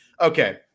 Okay